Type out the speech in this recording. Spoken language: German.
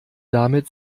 damit